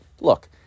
Look